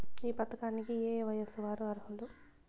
ఈ పథకానికి ఏయే వయస్సు వారు అర్హులు?